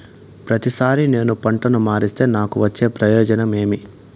ప్రతిసారి నేను పంటను మారిస్తే నాకు వచ్చే ప్రయోజనం ఏమి?